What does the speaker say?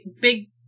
big